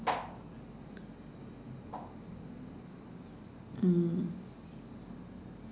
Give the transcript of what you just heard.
mm